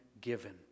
given